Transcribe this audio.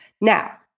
Now